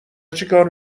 چیکار